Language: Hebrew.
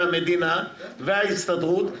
המדינה וההסתדרות,